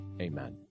Amen